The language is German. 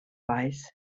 weiß